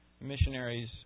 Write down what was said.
missionaries